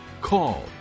call